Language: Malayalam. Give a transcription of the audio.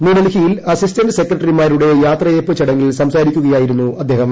ന്യൂഡൽഹിയിൽ അസിസ്റ്റന്റ് സെക്രട്ടറിമാരുടെ യാത്രയയപ്പ് ചടങ്ങിൽ സംസാരിക്കുകയായിരുന്നു അദ്ദേഹം